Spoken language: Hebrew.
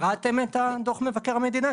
קראתם את דוח מבקר המדינה?